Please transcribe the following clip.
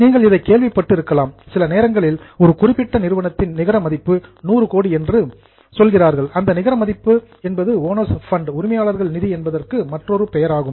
நீங்கள் இதைக் கேள்விப்பட்டு இருக்கலாம் சில நேரங்களில் ஒரு குறிப்பிட்ட நிறுவனத்தின் நிகர மதிப்பு 100 கோடி என்று சொல்கிறார்கள் அந்த நிகர மதிப்பு என்பது ஓனர்ஸ் ஃபண்ட் உரிமையாளர்கள் நிதி என்பதற்கு மற்றொரு பெயராகும்